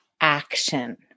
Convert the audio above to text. action